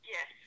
Yes